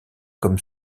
comme